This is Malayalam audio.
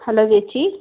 ഹലോ ചേച്ചി